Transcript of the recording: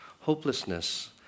hopelessness